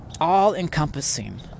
all-encompassing